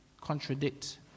contradict